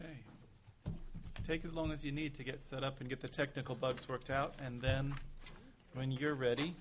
you take as long as you need to get set up and get the technical bugs worked out and then when you're ready